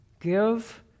Give